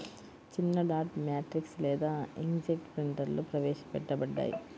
చిన్నడాట్ మ్యాట్రిక్స్ లేదా ఇంక్జెట్ ప్రింటర్లుప్రవేశపెట్టబడ్డాయి